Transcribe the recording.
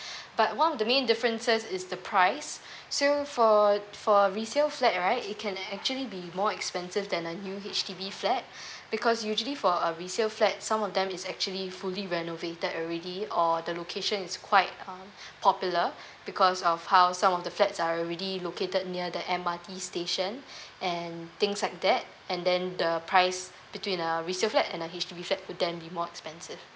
but one of the main differences is the price so for for resale flat right it can actually be more expensive than a new H_D_B flat because usually for a resale flat some of them is actually fully renovated already or the location is quite um popular because of how some of the flats are already located near the M_R_T station and things like that and then the price between a resale flat and a H_D_B flat would then be more expensive